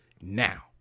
Now